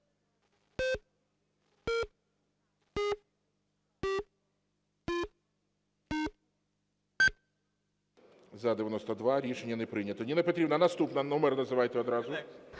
За-92 Рішення не прийнято. Ніна Петрівна, наступна, номер називайте одразу.